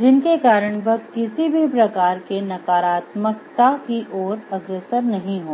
जिनके कारण वह किसी भी प्रकार के नकारात्मकता की ओर अग्रसर नहीं होगा